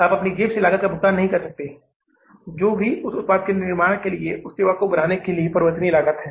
आप अपनी जेब से लागत का भुगतान नहीं कर सकते हैं जो भी उस उत्पाद के निर्माण के लिए उस सेवा को बनाने की परिवर्तनीय लागत है